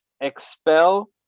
expel